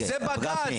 זה בג"צ,